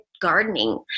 gardening